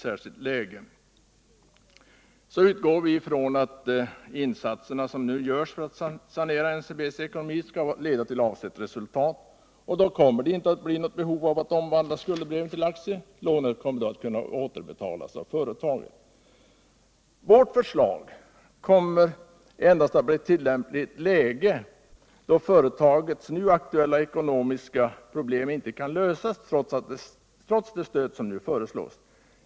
Vi utgår från att de insatser som nu görs för att sanera NCB:s ekonomi skall leda till avsett resultat. Då kommer det inte att bli något behov av att omvandla skuldebreven till aktier, utan lånet kommer då att kunna återbetalas av företaget. Vårt förslag kommer endast att bli tillämpligt i ett läge då företagets nu aktuella ekonomiska problem inte kan lösas trots det stöd som nu föreslås.